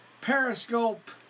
Periscope